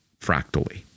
fractally